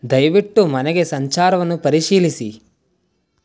ದಯವಿಟ್ಟು ಮನೆಗೆ ಸಂಚಾರವನ್ನು ಪರಿಶೀಲಿಸಿ